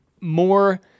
more